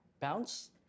Bounce